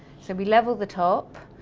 so we level the top,